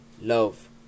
love